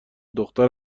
دختر